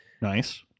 Nice